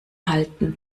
halten